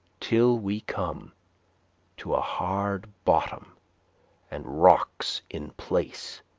till we come to a hard bottom and rocks in place,